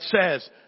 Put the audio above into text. says